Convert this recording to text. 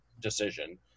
decision